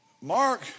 Mark